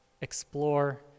explore